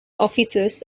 officers